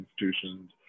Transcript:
institutions